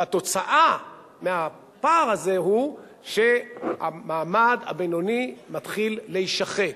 והתוצאה מהפער הזה היא שהמעמד הבינוני מתחיל להישחק.